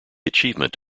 achievement